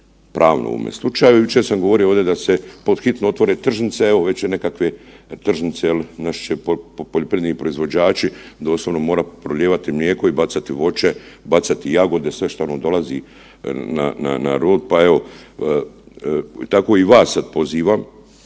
pravno u ovome slučaju. Jučer sam govorio ovde da se pod hitno otvore tržnice, a evo već je nekakve tržnice jel naši će poljoprivredni proizvođači doslovno morati prolijevati mlijeko i bacati voće, bacati jagode, sve što nam dolazi na rod, pa evo tako i vas sad pozivam